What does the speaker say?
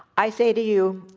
i say to you,